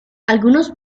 algunos